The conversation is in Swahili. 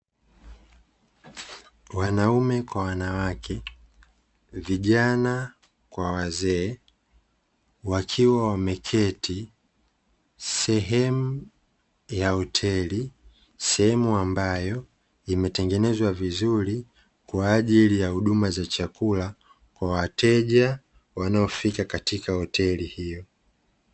Wanaume kwa wanawake, vijana kwa wazee wakiwa wameketi sehemu ya hoteli, sehemu ambayo imetengenezwa vizuri kwa ajili ya huduma za chakula kwa wateja wanaofika katika hoteli hiyo.